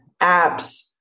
apps